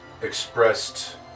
expressed